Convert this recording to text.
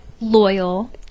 loyal